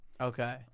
Okay